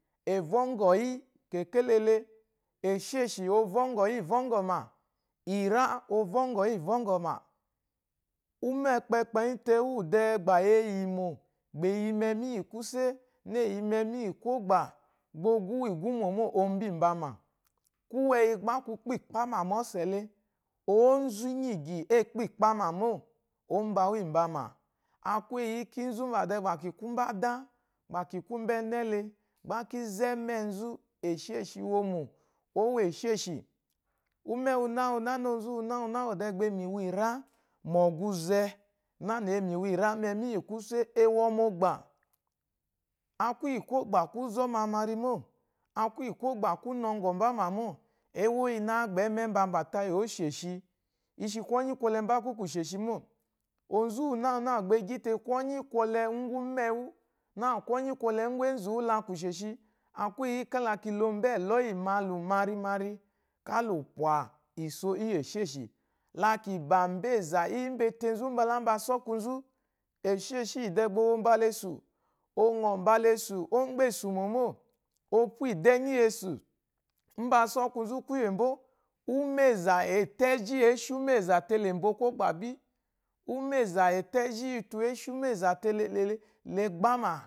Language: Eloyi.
È vɔ́ŋgɔ̀ yí kèkélele. Èshêshì o vɔ́ŋgɔ̀ yí ivɔ́ŋgɔ̀mà, ìrá o vɔ́ŋgɔ̀ yí ivɔ́ŋgɔ̀mà. Úmɛ́ ukpɛkpɛnyí te úwù dɛɛ gbà e yìmò, gbà è yi mɛmi íyì kwúsé, nâ è yi mɛmi íyì kwɔ́gbà gbà o gwú wu ígwúmò mô, o mbimbamà. Kwúwɛyi gbá kwu kpikpámà mu ɔ́sɛ̀ le, ǒnzù ínyígyì ée kpíkpámà mô, ǒ mba wu imbamà. A kwu éyi yí, kínzú mbà dɛɛ gbà kì kwu úmbà ádá gbà ki kwu úmbà ɛ́nɛ́ le, gbá ki zɔ́ ɛ́mɛ́ɛ nzú èshêshì iwomò, ǒ wo èshêshì. Úmɛ́ wunáwuná nâ onzu úwunáwuná úwù dɛɛ gbà e yi mu iwìrá mu ɔgwuzɛ, nânà é yi mu iwìrá mɛmí íyì kwúsé e wɔ mu ogbà. A kwu íyì kwɔ́gbà kwú zɔ́ mamari mô, a kwu íyì kwɔ́gbà kwú nɔŋgɔ̀ mbá mà mô, éwó íyiná gbà ɛ́mɛ́ mbambà tayì ǒ shòshi? I shi kwɔ́nyí kwɔlɛ mbá kwú kù shòshi mô. Onzu úwunáwuná úwú gbà e gyí te kwɔ́nyí kwɔlɛ úŋgwù úmɛ́ɛ wú, nâ kwɔ́nyí kwɔlɛ úŋgwù énzù wú la kwù shòshi, a kwu éyi yí kála ki lo mbó ɛlɔ́yí mallu, marimari, ká la ò pwà ìsso íyì èshêshì. La kì bà mbà ɛ̀zzà íyì mbà ete nzú mbala úmbà asɔ́kwúu nzú, èshêshì íyì dɛɛ gbà o wo mbala èsù. O ŋɔ̀ mbala esù, ó mgbɛ́ esù mò mô. O pwú ìdɛ́nyí yesù. Úmbà asɔ́kwúu nzú kwúyè mbó, úmɛ̂zà è tó ɛ́zhí ě shi úmɛ̂za te lè mbo kwɔ́gbà bí, úmɛ̂zà è tó ɛ́zhí íyì utu é shi úmɛ́ɛza te lelelele le gbáma.